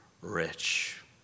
rich